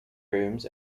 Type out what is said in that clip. rooms